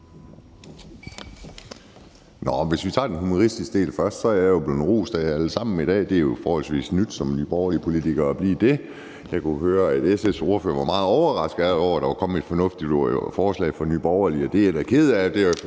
Hvis vi tager den humoristiske del først, er jeg jo blevet rost af jer alle sammen i dag, og det er jo forholdsvis nyt som Nye Borgerlige-politiker at blive det. Jeg kunne høre, at SF's ordfører var meget overrasket over, at der var kommet et fornuftigt forslag fra Nye Borgerlige, og det er jeg da ked af,